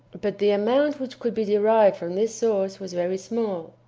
but the amount which could be derived from this source was very small.